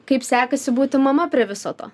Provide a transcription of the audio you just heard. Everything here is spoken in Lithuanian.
kaip sekasi būti mama prie viso to